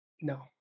No